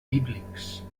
bíblics